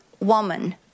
woman